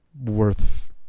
worth